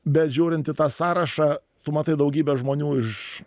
bet žiūrint į tą sąrašą tu matai daugybę žmonių iš